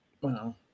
wow